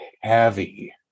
heavy